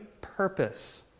purpose